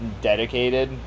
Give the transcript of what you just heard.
Dedicated